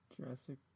Jurassic